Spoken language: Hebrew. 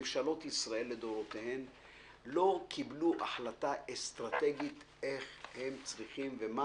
ממשלות ישראל לדורותיהן לא קיבלו החלטה אסטרטגית איך הן צריכות ומה